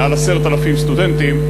מעל 10,000 סטודנטים,